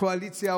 קואליציה,